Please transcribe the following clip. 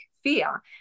fear